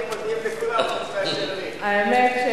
האמת היא